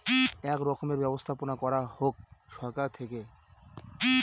এক রকমের ব্যবস্থাপনা করা হোক সরকার থেকে